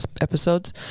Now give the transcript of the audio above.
episodes